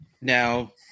Now